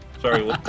Sorry